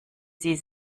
sie